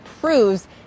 proves